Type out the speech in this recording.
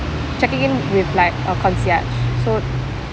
checking in with like a concierge so